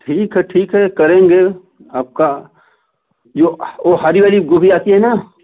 ठीक है ठीक है करेंगे आपका जो वो हरी वाली गोभी आती है न